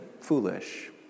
foolish